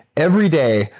every day,